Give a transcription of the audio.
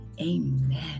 amen